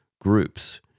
Groups